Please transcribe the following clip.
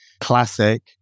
classic